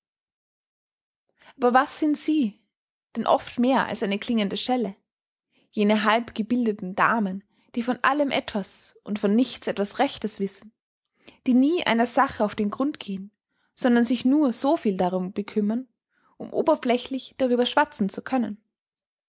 aber was sind sie denn oft mehr als eine klingende schelle jene halbgebildeten damen die von allem etwas und von nichts etwas rechtes wissen die nie einer sache auf den grund gehen sondern sich nur so viel darum bekümmern um oberflächlich darüber schwatzen zu können